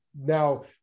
Now